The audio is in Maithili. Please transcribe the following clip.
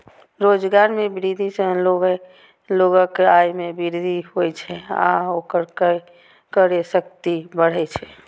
रोजगार मे वृद्धि सं लोगक आय मे वृद्धि होइ छै आ ओकर क्रय शक्ति बढ़ै छै